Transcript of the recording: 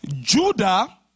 Judah